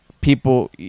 people